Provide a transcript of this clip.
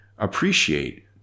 Appreciate